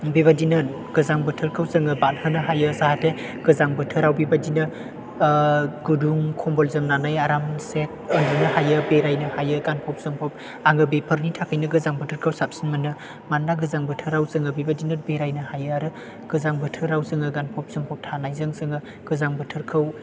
बेबायदिनो गोजां बोथोरखौ जोङो बारहोनो हायो जाहाथे गोजां बोथोराव बेबायदिनो गुदुं खम्बल जोमनानै आरामसे उन्दुनो हायो बेरायनो हायो गानफब जोमफब आङो बेफोरनि थाखायनो गोजां बोथोरखौ साबसिन मोनो मानोना गोजां बोथोराव जोङो बेबायदिनो बेरायनो हायो आरो गोजां बोथोराव जोङो गानफब जोमफब थानायजों जोङो गोजां बोथोरखौ